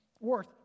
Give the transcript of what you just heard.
worth